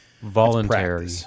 voluntary